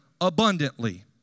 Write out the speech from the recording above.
abundantly